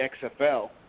XFL